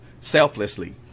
selflessly